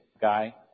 guy